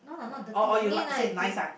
!wah! oh oh you like you said nice ah